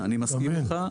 אני מסכים איתך.